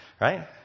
right